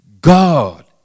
God